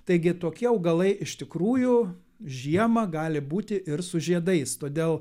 taigi tokie augalai iš tikrųjų žiemą gali būti ir su žiedais todėl